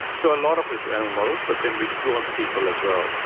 so a lot of it is animal models, but then we do on people as well.